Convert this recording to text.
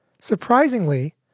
Surprisingly